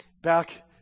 back